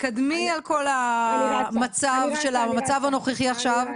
תתקדמי על כל המצב הנוכחי עכשיו.